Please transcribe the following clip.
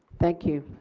thank you.